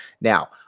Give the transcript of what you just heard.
Now